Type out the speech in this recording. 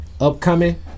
Upcoming